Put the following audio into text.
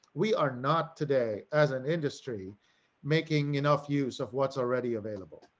we are not today as an industry making enough use of what's already available.